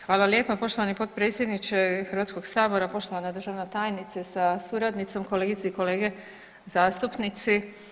Hvala lijepa poštovani potpredsjedniče Hrvatskog sabora, poštovana državna tajnice sa suradnicom, kolegice i kolege zastupnici.